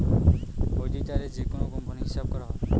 অডিটারে যেকোনো কোম্পানির হিসাব করা হয়